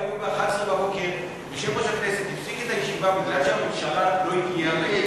הביזוי שהממשלה מבזה את הכנסת הזאת.